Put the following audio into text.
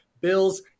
Bills